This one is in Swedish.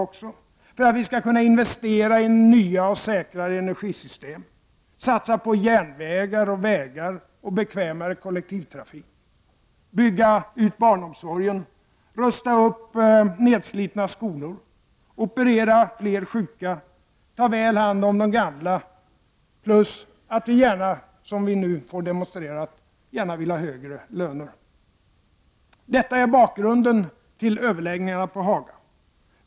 Det krävs ökad tillväxt för att vi skall kunna investera i nya och säkrare energisystem, satsa på järnvägar, vägar och bekvämare kollektivtrafik, bygga ut barnomsorgen, rusta upp nedslitna skolor, operera fler sjuka, ta väl hand om de gamla samt för att vi skall kunna få högre löner, vilket vi nu märker att många gärna vill. Detta är bakgrunden till överläggningarna på Haga.